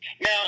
Now